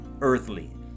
earthly